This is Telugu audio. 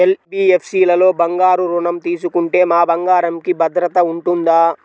ఎన్.బీ.ఎఫ్.సి లలో బంగారు ఋణం తీసుకుంటే మా బంగారంకి భద్రత ఉంటుందా?